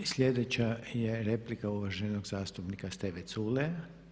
I sljedeća je replika uvaženog zastupnika Steve Culeja.